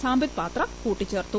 സാംപിത് പാത്ര കൂട്ടിച്ചേർത്തു